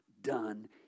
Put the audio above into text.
done